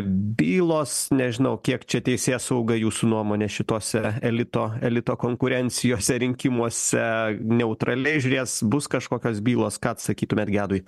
bylos nežinau kiek čia teisėsauga jūsų nuomone šitose elito elito konkurencijose rinkimuose neutraliai žiūrės bus kažkokios bylos ką atsakytumėt gedui